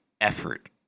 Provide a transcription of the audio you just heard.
effort